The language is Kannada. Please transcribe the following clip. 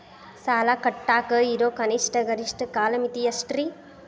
ಸಾಲ ಕಟ್ಟಾಕ ಇರೋ ಕನಿಷ್ಟ, ಗರಿಷ್ಠ ಕಾಲಮಿತಿ ಎಷ್ಟ್ರಿ?